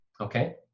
okay